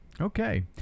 Okay